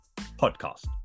podcast